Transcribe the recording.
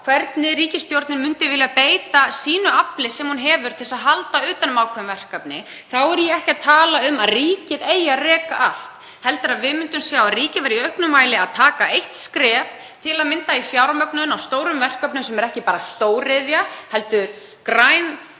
hvernig ríkisstjórnin myndi vilja beita því afli sem hún hefur til þess að halda utan um ákveðin verkefni. Þá er ég ekki að tala um að ríkið eigi að reka allt, heldur að við myndum sjá að ríkið tæki í auknum mæli skref, til að mynda í fjármögnun á stórum verkefnum sem væru ekki bara stóriðja heldur græn